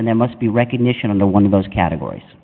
and there must be recognition on the one of those categories